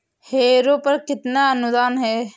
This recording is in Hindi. हैरो पर कितना अनुदान है?